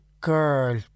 girl